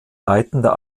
leitender